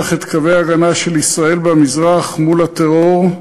את קווי ההגנה של ישראל במזרח מול הטרור,